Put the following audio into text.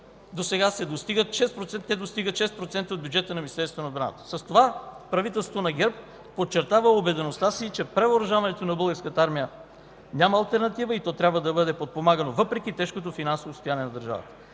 на Министерството на отбраната. С това правителството на ГЕРБ подчертава убедеността си, че превъоръжаването на Българската армия няма алтернатива и то трябва да бъде подпомагано, въпреки тежкото финансово състояние на държавата.